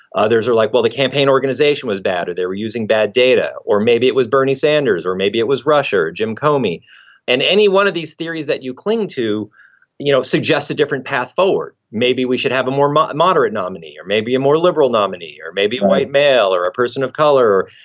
others are like, well, the campaign organization was bad or they were using bad data, or maybe it was bernie sanders or maybe it was russia. jim komi and any one of these theories that you cling to know suggests a different path forward. maybe we should have a more moderate moderate nominee or maybe a more liberal nominee, or maybe a white male or a person of color.